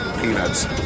peanuts